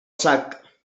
sac